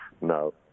No